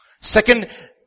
Second